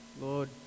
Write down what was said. Lord